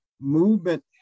movement